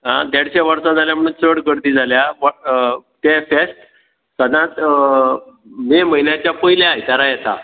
आ देडशे वर्सां जाल्या म्हुणू चड गर्दी जाल्या बट तें फेस्त सदांच मे म्हयन्याच्या पयल्या आयतारा येता